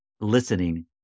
listening